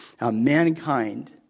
Mankind